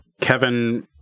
Kevin